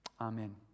Amen